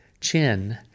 chin